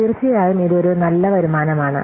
തീർച്ചയായും ഇത് ഒരു നല്ല വരുമാനമാണ്